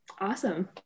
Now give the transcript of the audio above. Awesome